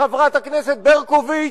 חברת הכנסת ברקוביץ,